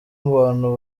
abantu